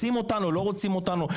רוצים אותנו, לא רוצים אותנו.